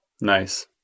Nice